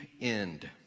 end